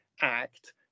act